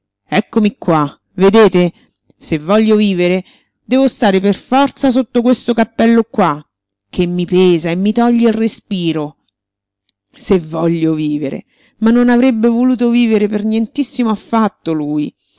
eccomi qua vedete se voglio vivere devo stare per forza sotto questo cappello qua che mi pesa e mi toglie il respiro se voglio vivere ma non avrebbe voluto vivere per nientissimo affatto lui